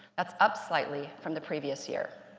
that's up slightly from the previous year.